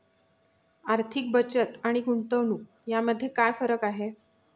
आर्थिक बचत आणि गुंतवणूक यामध्ये काय फरक आहे?